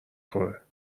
خوره